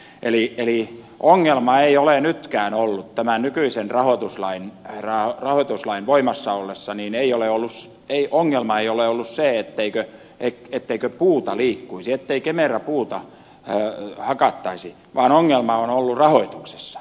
eli ongelma ei ole nytkään ollut tämän nykyisen rahoituslain voimassa ollessa niin ei ole oulussa ei ongelma jolle on se etteikö puuta liikkuisi ettei kemera puuta hakattaisi vaan ongelma on ollut rahoituksessa